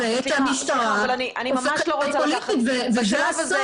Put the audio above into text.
אני ממש לא רוצה --- בשלב הזה ----- -זה אסון.